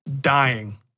dying